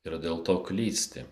ir dėl to klysti